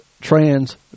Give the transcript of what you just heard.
trans